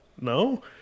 No